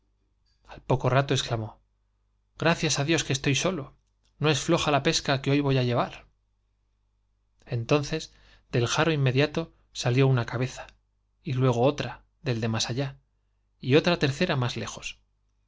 al poco rato exclamó i grácias á dios que estoy solo i no es floja la pesca que hoy voy á llevar i entonces del járo inmediato salió una cabeza y luego otra del de más allá y otra tercera más lejos